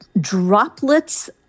droplets